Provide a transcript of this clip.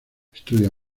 estudia